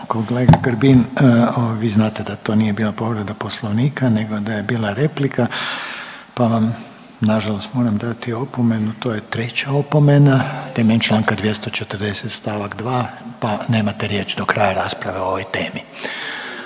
Kolega Grbin vi znate da to nije bila povreda Poslovnika nego da je bila replika pa vam nažalost moram dati opomenu. To je treća opomena temeljem Članka 240. stavak 2. pa nemate riječ do kraja rasprave o ovoj temi.